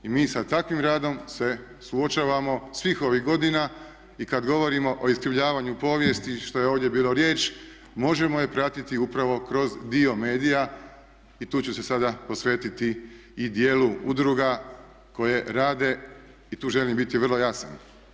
I mi sa takvim radom se suočavamo svih ovih godina i kada govorimo o iskrivljavanju povijesti što je ovdje bilo riječ možemo je pratiti upravo kroz dio medija i tu ću se sada posvetiti i dijelu udruga koje rade i tu želim biti vrlo jasan.